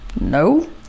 No